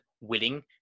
willing